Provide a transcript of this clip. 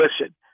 listen